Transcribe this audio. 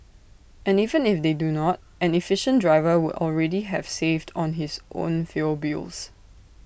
and even if they do not an efficient driver would already have saved on his own fuel bills